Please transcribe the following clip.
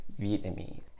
Vietnamese